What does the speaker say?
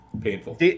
Painful